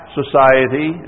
society